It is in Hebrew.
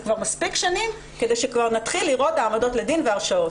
זה מספיק שנים כדי שכבר נתחיל לראות העמדות לדין והרשעות.